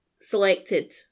selected